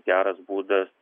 geras būdas